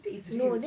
that is real